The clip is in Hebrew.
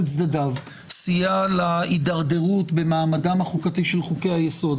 צדדיו סייע להידרדרות במעמדם החוקתי של חוקי היסוד.